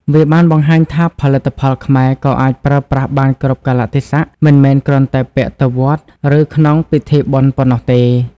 វាបានបង្ហាញថាផលិតផលខ្មែរក៏អាចប្រើប្រាស់បានគ្រប់កាលៈទេសៈ មិនមែនគ្រាន់តែពាក់ទៅវត្ត ឬក្នុងពិធីបុណ្យប៉ុណ្ណោះទេ។